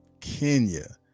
kenya